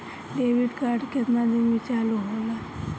Debit card केतना दिन में चालु होला?